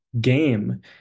game